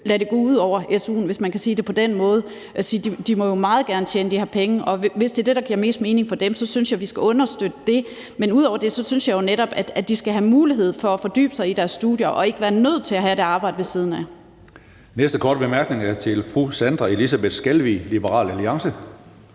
lade det gå ud over su'en, hvis man kan sige det på den måde. De må jo meget gerne tjene de her penge, og hvis det er det, der giver mest mening for dem, så synes jeg, at vi skal understøtte det. Ud over det synes jeg jo netop, at de skal have mulighed for at fordybe sig i deres studier og ikke være nødt til at have et arbejde ved siden af.